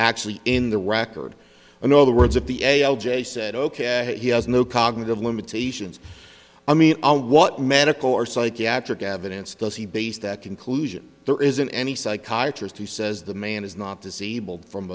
actually in the record in other words of the a l j said ok he has no cognitive limitations i mean what medical or psychiatric evidence does he base that conclusion there isn't any psychiatrist who says the man is not disabled from